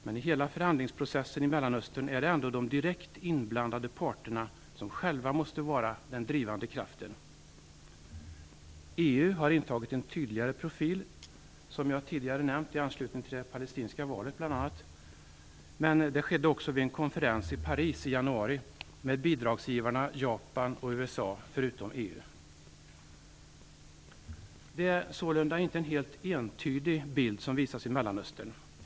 Men i hela förhandlingsprocessen i Mellanöstern är det ändå de direkt inblandade parterna som själva måste vara den drivande kraften. EU har intagit en tydligare profil i, som jag tidigare nämnde i anslutning till det palestinska valet. Men det skedde också vid en konferens i Paris i januari med bidragsgivarna Japan och USA, förutom EU. Det är sålunda en inte helt entydig bild som visas i Mellanöstern.